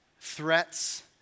threats